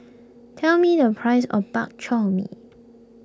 tell me the price of Bak Chor Mee